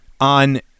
on